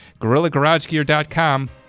GorillaGarageGear.com